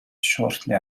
shortly